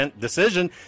decision